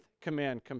command